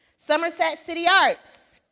somerset city arts,